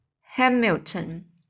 Hamilton